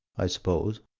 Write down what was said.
i suppose.